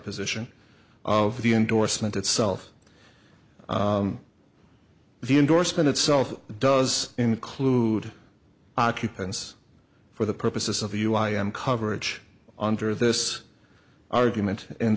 position of the endorsement itself the endorsement itself does include occupants for the purposes of you i am coverage under this argument